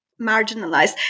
marginalized